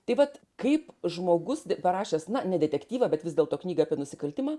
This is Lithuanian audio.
tai vat kaip žmogus parašęs na ne detektyvą bet vis dėlto knygą apie nusikaltimą